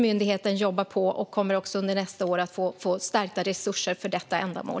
Myndigheten jobbar på och kommer under nästa år att få stärkta resurser för detta ändamål.